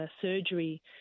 surgery